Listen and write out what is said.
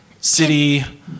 city